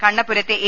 കണ്ണപുരത്തെ A